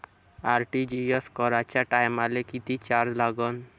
RTGS कराच्या टायमाले किती चार्ज लागन?